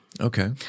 Okay